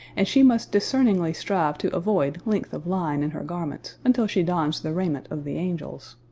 and she must discerningly strive to avoid length of line in her garments until she dons the raiment of the angels.